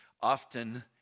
Often